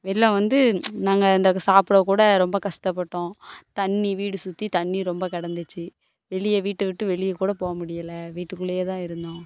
வெள்ளம் வந்து நாங்கள் இந்த சாப்பிட கூட ரொம்ப கஷ்டப்பட்டோம் தண்ணி வீடு சுற்றி தண்ணி ரொம்ப கிடந்துச்சு வெளியே வீட்டை விட்டு வெளியேக்கூட போக முடியலை வீட்டுக்குள்ளேயேதான் இருந்தோம்